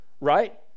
right